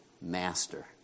master